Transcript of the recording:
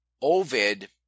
Ovid